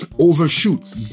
overshoot